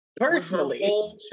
Personally